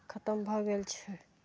खतम भए गेल छै